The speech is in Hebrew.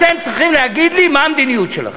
אתם צריכים להגיד לי מה המדיניות שלכם.